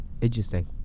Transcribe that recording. Interesting